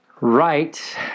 Right